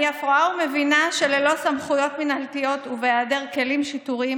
אני אף רואה ומבינה שללא סמכויות מינהלתיות ובהיעדר כלים שיטוריים,